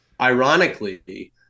ironically